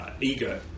ego